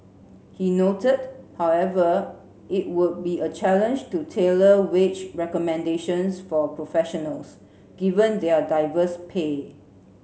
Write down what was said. he noted however it would be a challenge to tailor wage recommendations for professionals given their diverse pay